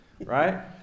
right